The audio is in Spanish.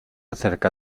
acerca